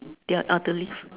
yeah ah the leaf